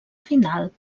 final